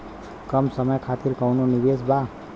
कम समय खातिर कौनो निवेश बा?